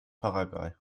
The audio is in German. paraguay